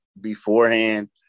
beforehand